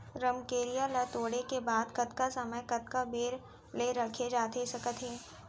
रमकेरिया ला तोड़े के बाद कतका समय कतका बेरा ले रखे जाथे सकत हे?